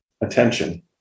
attention